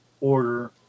order